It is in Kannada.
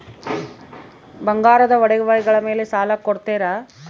ಬಂಗಾರದ ಒಡವೆಗಳ ಮೇಲೆ ಸಾಲ ಕೊಡುತ್ತೇರಾ?